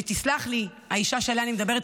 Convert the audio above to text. ותסלח לי האישה שעליה אני מדברת,